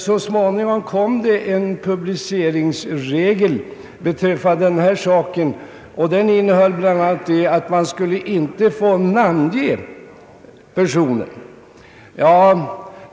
Så småningom kom det en publiceringsregel som bl.a. innehöll att man inte skulle få namnge personer.